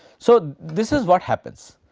so, this is what happens.